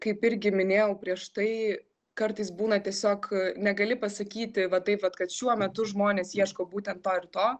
kaip irgi minėjau prieš tai kartais būna tiesiog negali pasakyti va taip vat kad šiuo metu žmonės ieško būtent to ir to